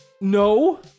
No